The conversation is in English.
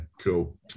cool